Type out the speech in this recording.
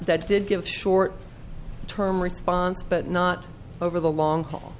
that did give short term response but not over the long haul